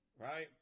Right